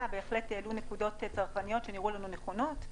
בהחלט העלו נקודות צרכניות שנראו לנו נכונות,